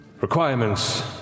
requirements